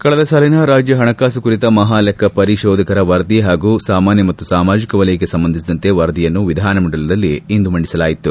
ಕಳೆದ ಸಾಲಿನ ರಾಜ್ಯ ಪಣಕಾಸು ಕುರಿತ ಮಹಾಲೆಕ್ಕ ಪರಿಶೋಧಕರ ವರದಿ ಹಾಗೂ ಸಾಮಾನ್ಯ ಮತ್ತು ಸಾಮಾಜಿಕ ವಲಯಕ್ಕೆ ಸಂಬಂಧಿಸಿದ ವರದಿಯನ್ನು ವಿಧಾನಮಂಡಲದಲ್ಲಿ ಇಂದು ಮಂಡಿಸಲಾಯಿತು